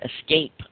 escape